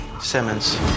Simmons